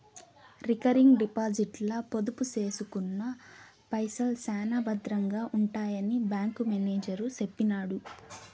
recurring డిపాజిట్ల పొదుపు సేసుకున్న పైసల్ శానా బద్రంగా ఉంటాయని బ్యాంకు మేనేజరు సెప్పినాడు